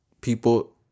people